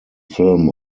film